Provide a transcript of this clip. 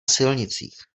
silnicích